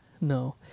No